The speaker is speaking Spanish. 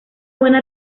buena